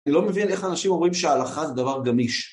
אני לא מבין איך אנשים אומרים שההלכה זה דבר גמיש.